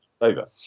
over